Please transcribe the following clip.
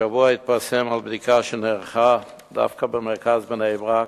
השבוע התפרסם על בדיקה שנערכה במרכז בני-ברק,